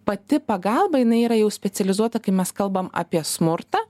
pati pagalba jinai yra jau specializuota kai mes kalbam apie smurtą